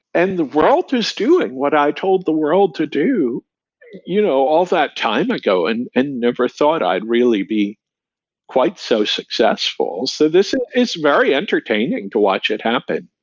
and the world was doing what i told the world to do you know all that time ago and and never thought i'd really be quite so successful. so, and it's very entertaining to watch it happen.